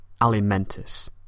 Alimentus